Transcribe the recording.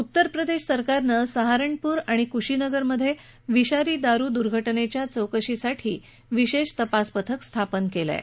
उत्तर प्रदेश सरकारने साहारनपूर आणि कुशीनगर मधल्या विषारी दारू दुर्घटनेच्या चौकशीसाठी विशेष तपास पथक स्थापन केलं आहे